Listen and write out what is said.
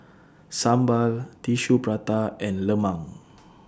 Sambal Tissue Prata and Lemang